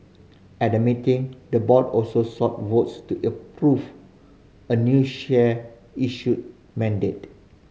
at the meeting the board also sought votes to approve a new share issue mandate